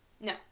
No